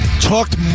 talked